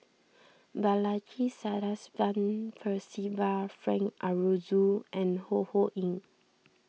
Balaji Sadasivan Percival Frank Aroozoo and Ho Ho Ying